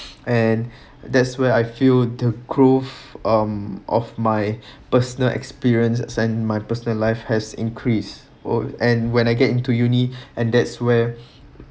and that's where I feel the growth um of my personal experience and my personal life has increase where and when I get into uni and that's where